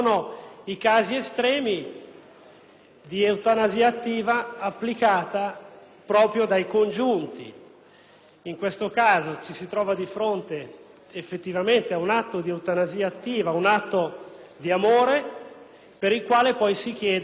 di eutanasia attiva applicata proprio dai congiunti. In questo caso, ci si trova di fronte effettivamente ad un atto di eutanasia attiva, un atto di amore, per il quale poi si chiede il perdono della legge.